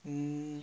mm